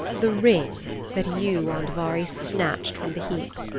the ring that you, andvari, snatched from the heap.